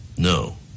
No